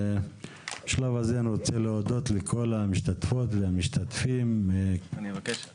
בשלב הזה אני רוצה להודות לכל המשתתפות והמשתתפים ובזום.